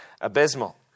abysmal